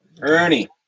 Ernie